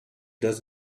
does